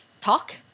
talk